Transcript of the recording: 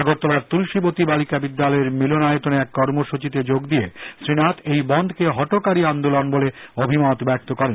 আগরতলার তুলসীবতী বালিকা বিদ্যালয়ের মিলনায়তনে এক কর্মসূচিতে যোগ দিয়ে শ্রীনাথ এই বনধকে হঠকারী আন্দোলন বলে অভিমত ব্যক্ত করেন